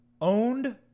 owned